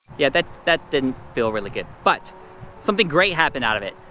yeah, that that didn't feel really good. but something great happened out of it.